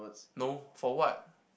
no for what